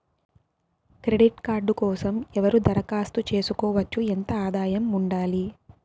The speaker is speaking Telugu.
క్రెడిట్ కార్డు కోసం ఎవరు దరఖాస్తు చేసుకోవచ్చు? ఎంత ఆదాయం ఉండాలి?